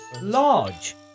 Large